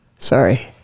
Sorry